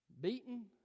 beaten